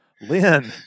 Lynn